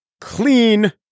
Clean